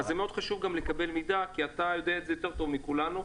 מאוד חשוב לקבל גם מידע כי אתה יודע את זה יותר טוב מכולנו,